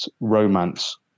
romance